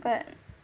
but